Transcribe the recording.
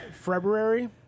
February